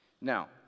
Now